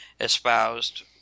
espoused